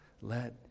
Let